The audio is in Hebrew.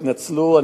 התנצלו,